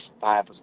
five